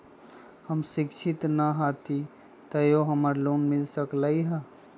हम शिक्षित न हाति तयो हमरा लोन मिल सकलई ह?